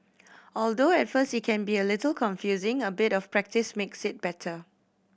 although at first it can be a little confusing a bit of practice makes it better